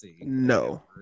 No